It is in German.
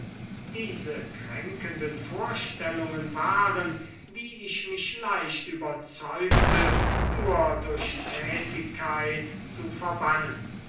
diese kränkenden vorstellungen waren wie ich mich leicht überzeugte nur durch tätigkeit zu verbannen